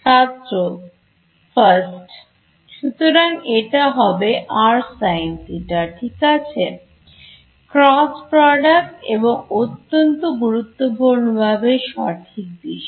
ছাত্র প্রথম first সুতরাং এটা হবে r sin θ ঠিক আছে Cross product এবং অত্যন্ত গুরুত্বপূর্ণ ভাবে সঠিক দিশা